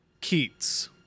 Keats